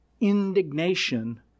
indignation